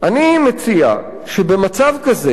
אני מציע שבמצב כזה,